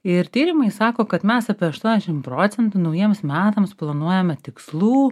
ir tyrimai sako kad mes apie aštuoniasdešimt procentų naujiems metams planuojame tikslų